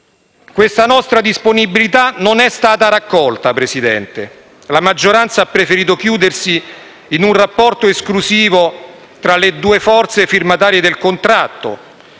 Questa nostra disponibilità non è stata raccolta, signor Presidente. La maggioranza ha preferito chiudersi in un rapporto esclusivo tra le due forze firmatarie del contratto